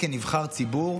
כנבחר ציבור,